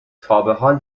تابحال